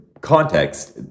context